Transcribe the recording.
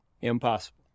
Impossible